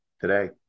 today